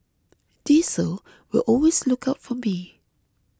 Diesel will always look out for me